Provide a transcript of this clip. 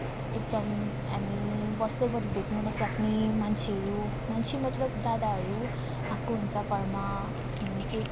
एकदम हामी वर्षैभरि भेट्नु नसक्ने मान्छेहरू मान्छे मतलब दादाहरू आएको हुन्छ घरमा अनि त्यो